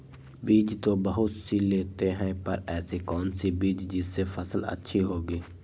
बीज तो बहुत सी लेते हैं पर ऐसी कौन सी बिज जिससे फसल अच्छी होगी?